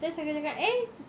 terus aku cakap eh